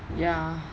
ya